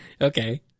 Okay